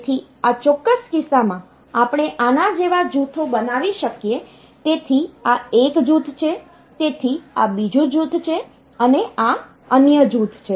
તેથી આ ચોક્કસ કિસ્સામાં આપણે આના જેવા જૂથો બનાવી શકીએ તેથી આ એક જૂથ છે તેથી આ બીજું જૂથ છે અને આ અન્ય જૂથ છે